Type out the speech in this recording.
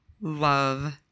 love